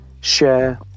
share